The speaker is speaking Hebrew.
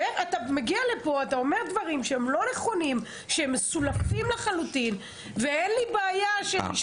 אתה מגיע לפה ואומר דברים מסולפים לחלוטין ולא נכונים.